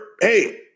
hey